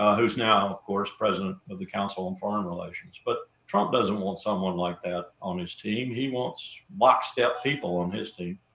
who's now, of course, president of the council on foreign relations. but trump doesn't want someone like that on his team, he wants lockstep people on his team.